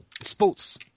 sports